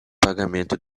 pagamento